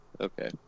Okay